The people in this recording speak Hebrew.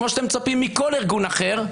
כמו שאתם מצפים מכל ארגון אחר,